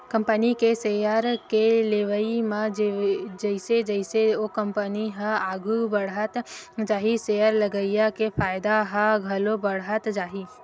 company के share के लेवई म जइसे जइसे ओ कंपनी ह आघू बड़हत जाही सेयर लगइया के फायदा ह घलो बड़हत जाही